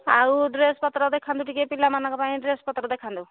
ଆଉ ଡ୍ରେସ୍ ପତ୍ର ଦେଖାନ୍ତୁ ଟିକିଏ ପିଲାମାନଙ୍କ ପାଇଁ ଡ୍ରେସ୍ ପତ୍ର ଦେଖାନ୍ତୁ